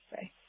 say